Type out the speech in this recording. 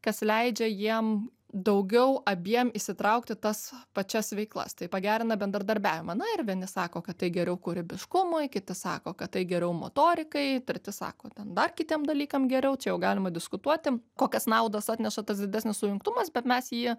kas leidžia jiem daugiau abiem įsitraukti tas pačias veiklas tai pagerina bendradarbiavimą na ir vieni sako kad tai geriau kūrybiškumui kiti sako kad tai geriau motorikai treti sako ten dar kitiem dalykam geriau čia jau galima diskutuoti kokias naudas atneša tas didesnis sujungtumas bet mes jį